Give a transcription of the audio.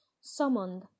Summoned